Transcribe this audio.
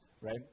Right